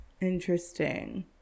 Interesting